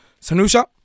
Sanusha